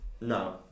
no